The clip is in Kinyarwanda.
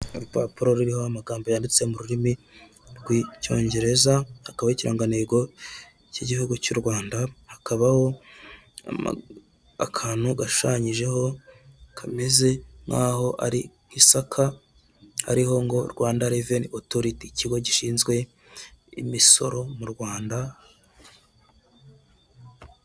Urupapuro ruriho amagambo yanditse mu rurimi rw'icyongereza, hakabaho ikirangantego cy'igihugu cy'u Rwanda, hakabaho akantu gashunyijeho kameze nk'aho ari isaka, hariho ngo Rwanda reveni otoriti, ikigo gishinzwe imisoro mu Rwanda.